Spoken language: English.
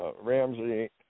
Ramsey